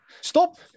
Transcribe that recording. Stop